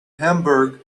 hamburg